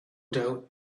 doubt